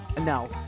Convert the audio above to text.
No